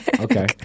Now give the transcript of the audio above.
Okay